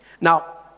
now